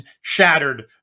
shattered